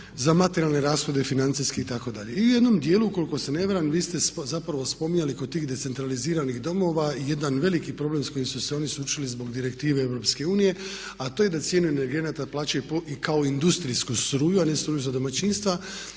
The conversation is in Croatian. za materijalne rashode, financijske itd. I u jednom dijelu ukoliko se ne varam vi ste zapravo spominjali kod tih decentraliziranih domova jedan veliki problem s kojim su se oni suočili zbog Direktive EU, a to je da cijene energenata plaćaju i kao industrijsku struju, a ne struju za domaćinstva